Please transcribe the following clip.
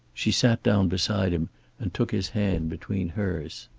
she sat down beside him and took his hand between hers.